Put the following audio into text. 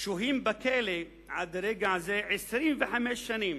שוהים בכלא עד רגע זה 25 שנים.